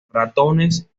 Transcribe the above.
ratones